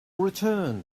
return